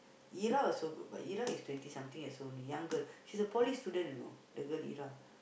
Irah also good but Irah is twenty something years old only young girl she's a poly student you know the girl Irah